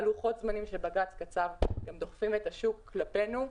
לוחות הזמנים שבג"ץ קצב דוחפים את השוק כלפינו,